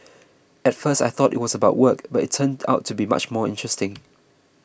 at first I thought it was about work but it turned out to be much more interesting